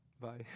Bye